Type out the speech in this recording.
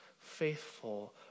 faithful